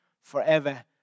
forever